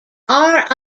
are